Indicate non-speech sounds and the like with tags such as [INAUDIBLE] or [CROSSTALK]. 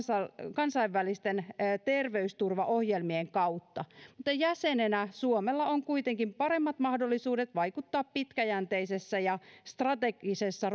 kansainvälisten terveysturvaohjelmien kautta mutta jäsenenä suomella on kuitenkin paremmat mahdollisuudet vaikuttaa pitkäjänteisessä ja strategisessa [UNINTELLIGIBLE]